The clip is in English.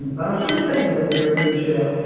i was just saying it's a weird mood show.